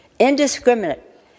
indiscriminate